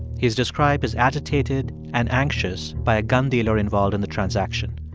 he's described as agitated and anxious by a gun dealer involved in the transaction.